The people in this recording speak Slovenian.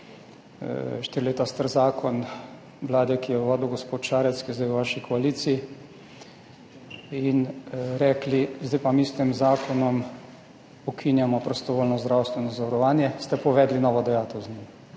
štiri leta star zakon vlade, ki jo je vodil gospod Šarec, ki je zdaj v vaši koaliciji, in rekli, zdaj pa mi s tem zakonom ukinjamo prostovoljno zdravstveno zavarovanje, ste pa z njim